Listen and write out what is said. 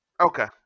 Okay